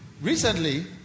Recently